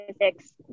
physics